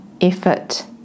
effort